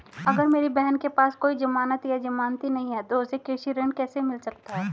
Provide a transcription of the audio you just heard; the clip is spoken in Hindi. अगर मेरी बहन के पास कोई जमानत या जमानती नहीं है तो उसे कृषि ऋण कैसे मिल सकता है?